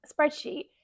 spreadsheet